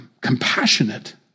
compassionate